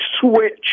switch